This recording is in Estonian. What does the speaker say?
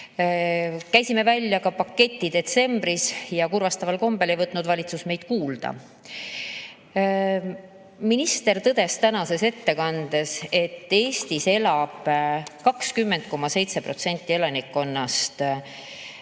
käisime välja ka paketi, aga kurvastaval kombel ei võtnud valitsus meid kuulda. Minister tõdes tänases ettekandes, et Eestis elab 20,7% elanikkonnast suhtelises